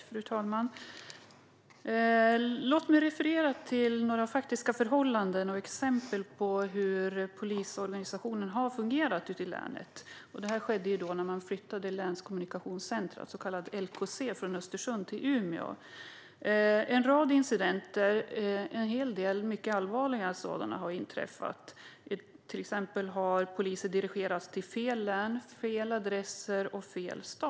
Fru talman! Låt mig referera till några faktiska förhållanden och exempel på hur polisorganisationen har fungerat i länet efter att man flyttade länskommunikationscentralen, LKC, från Östersund till Umeå. En rad incidenter, en hel del mycket allvarliga sådana, har inträffat. Till exempel har poliser dirigerats till fel län, fel adresser och fel stad.